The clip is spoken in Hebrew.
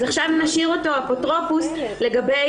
אז עכשיו נשאיר אותו אפוטרופוס על הקטינים